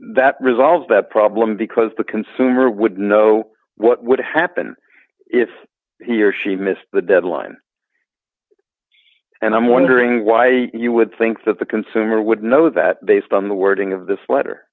that resolves the problem because the consumer would know what would happen if he or she missed the deadline and i'm wondering why you would think that the consumer would know that based on the wording of this letter